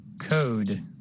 Code